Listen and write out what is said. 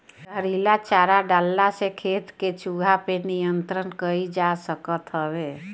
जहरीला चारा डलला से खेत के चूहा पे नियंत्रण कईल जा सकत हवे